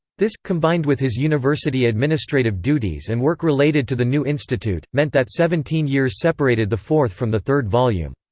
this, combined with his university administrative duties and work related to the new institute, meant that seventeen years separated the fourth from the third volume.